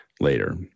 later